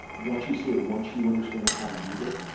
once you see it, once you understand how to use it,